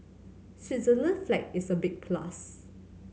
Switzerland's flag is a big plus